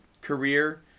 career